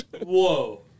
Whoa